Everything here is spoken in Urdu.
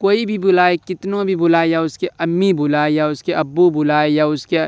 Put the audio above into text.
کوئی بھی بلائے کتنوں بھی بلائے یا اس کے امی بلائے یا اس کے ابو بلائے یا اس کے